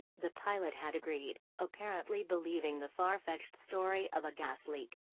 the pilot had agreed, apparently believing the far-fetched story of a gas leak.